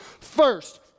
first